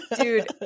Dude